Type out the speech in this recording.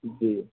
जी